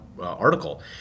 article